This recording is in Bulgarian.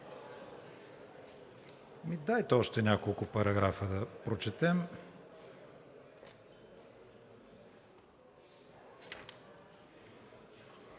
Дайте още няколко параграфа да прочетем.